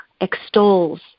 extols